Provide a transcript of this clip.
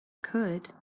could